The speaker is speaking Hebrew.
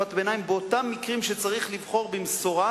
בתקופת ביניים באותם מקרים שצריך לבחור במשורה,